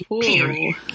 Period